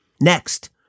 Next